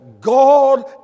God